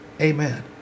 Amen